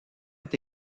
est